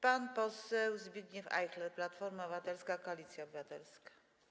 Pan poseł Zbigniew Ajchler, Platforma Obywatelska - Koalicja Obywatelska.